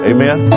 Amen